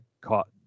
caught